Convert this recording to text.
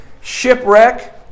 shipwreck